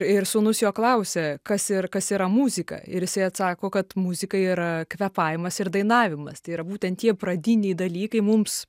ir sūnus jo klausia kas ir kas yra muzika ir jisai atsako kad muzika yra kvėpavimas ir dainavimas tai yra būtent tie pradiniai dalykai mums